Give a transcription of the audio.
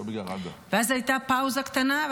ואז הייתה פאוזה קטנה,